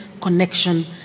connection